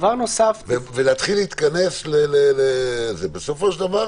להתחיל להתכנס בסופו של דבר,